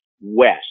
West